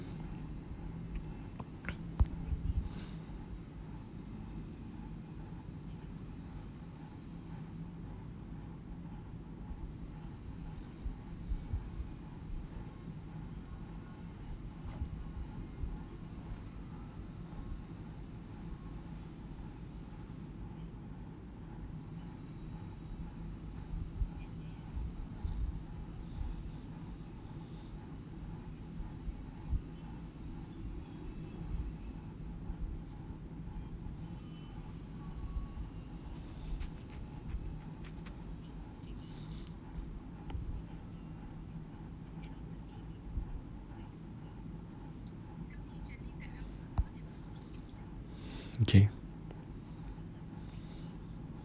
okay